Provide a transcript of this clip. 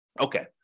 Okay